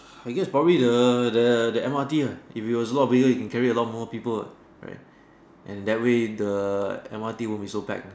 I guess probably the the the M_R_T ah if is a lot bigger it can carry a lot more people ah right and that way the M_R_T won't be so packed lah